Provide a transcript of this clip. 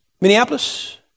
Minneapolis